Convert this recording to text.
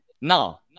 now